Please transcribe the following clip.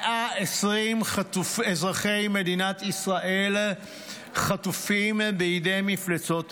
120 אזרחי מדינת ישראל חטופים בידי מפלצות החמאס,